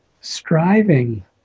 striving